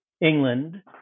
England